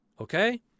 Okay